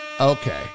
Okay